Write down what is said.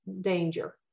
danger